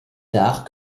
tard